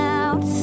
out